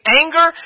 anger